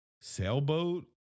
sailboat